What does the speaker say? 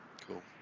Cool